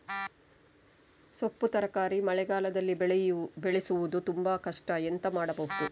ಸೊಪ್ಪು ತರಕಾರಿ ಮಳೆಗಾಲದಲ್ಲಿ ಬೆಳೆಸುವುದು ತುಂಬಾ ಕಷ್ಟ ಎಂತ ಮಾಡಬಹುದು?